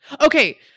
okay